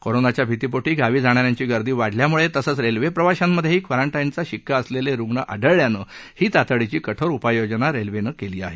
कोरोनाच्या भितीपोटी गावी जाणा यांची गर्दी वाढल्यानं तसंच रेल्वेप्रवाशांमधेही क्वारन्टाईनचा शिक्का असलेले रुग्ण आढल्यानं ही तातडीची कठोर उपाययोजना रेल्वेनं केली आहे